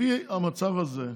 אם כך, לפי המצב הזה,